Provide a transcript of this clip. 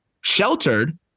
sheltered